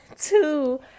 two